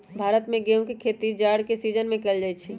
भारत में गेहूम के खेती जाड़ के सिजिन में कएल जाइ छइ